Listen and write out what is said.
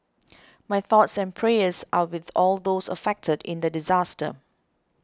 my thoughts and prayers are with all those affected in the disaster